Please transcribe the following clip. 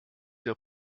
der